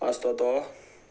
आसतो तो